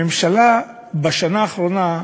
הממשלה, בשנה האחרונה,